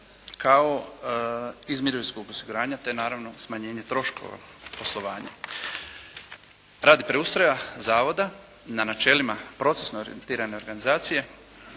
kao iz mirovinskog osiguranja te naravno smanjenje troškova poslovanja. Radi preustroja Zavoda na načelima procesno orijentirane organizacije